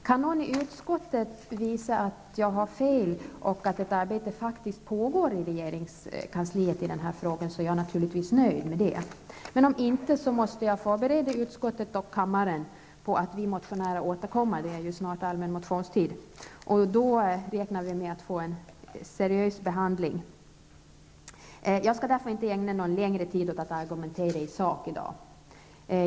Kan någon i utskottet visa att jag har fel och att ett arbete faktiskt pågår i regeringskansliet i den här frågan är jag naturligtvis nöjd med det, men om det inte är så måste jag förbereda utskottet och kammaren på att vi motionärer återkommer. Det är ju snart allmän motionstid, och då räknar vi med att motionen får en seriös behandling. Jag skall därför inte ägna någon längre tid åt att argumentera i sak i dag.